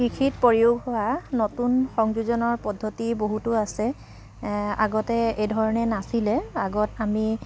কৃষিত প্ৰয়োগ হোৱা নতুন সংযোজনৰ পদ্ধতি বহুতো আছে আগতে এই ধৰণে নাছিলে আগত আমি